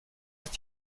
ist